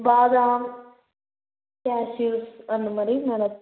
பாதாம் கேஷிவ்ஸ் அந்த மாதிரி மேலே